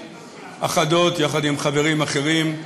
הסתייגויות אחדות, יחד עם חברים אחרים,